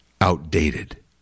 outdated